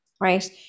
right